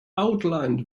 outlined